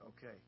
Okay